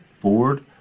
board